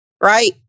right